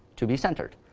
to be centered.